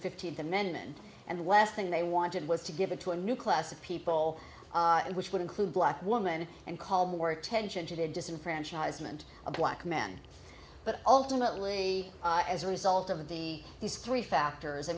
fifteenth amendment and the last thing they wanted was to give it to a new class of people which would include black woman and call more attention to disenfranchisement of black men but ultimately as a result of the these three factors i